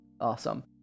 awesome